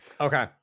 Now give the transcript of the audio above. Okay